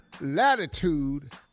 latitude